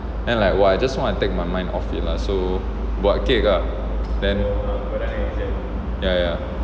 then like !wah! I just want to take my mind off it lah so buat kek ah